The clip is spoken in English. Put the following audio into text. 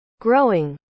growing